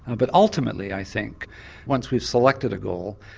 ah but ultimately i think once we've selected a goal,